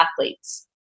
athletes